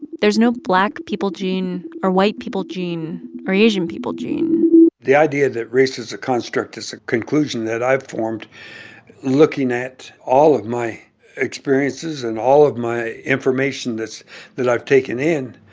there's no black people gene or white people gene or asian people gene the idea that race is a construct is a conclusion that i've formed looking at all of my experiences and all of my information that's that i've taken in.